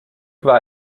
war